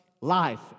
life